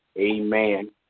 Amen